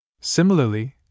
Similarly